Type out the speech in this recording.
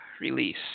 Release